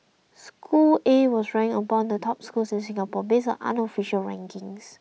school A was ranked among the top schools in Singapore based on unofficial rankings